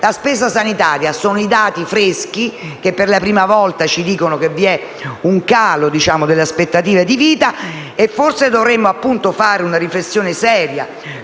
alla spesa sanitaria, i dati sono freschi e per la prima volta ci dicono che vi è un calo delle aspettative di vita. Forse dovremo fare una riflessione seria